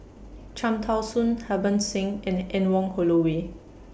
Cham Tao Soon Harbans Singh and Anne Wong Holloway